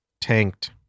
tanked